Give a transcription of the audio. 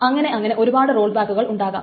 അങ്ങനെ അങ്ങനെ ഒരുപാട് റോൾ ബാക്കുകൾ ഉണ്ടാകാം